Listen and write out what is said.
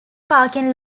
parking